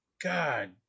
God